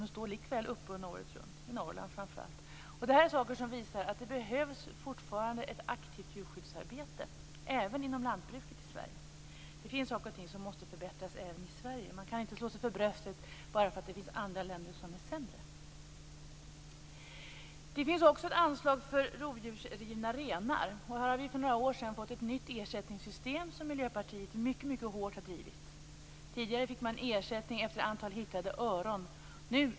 Det här är saker som visar att det fortfarande behövs ett aktivt djurskyddsarbete, även inom lantbruket i Sverige. Det finns saker och ting som måste förbättras även i Sverige. Man kan inte slå sig för bröstet bara för att det finns andra länder som är sämre. Det finns också anslag för rovdjursrivna renar. Här fick vi för några år sedan ett nytt ersättningssystem, en fråga som Miljöpartiet har drivit mycket hårt. Tidigare fick man ersättning efter antalet hittade öron.